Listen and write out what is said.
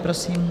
Prosím.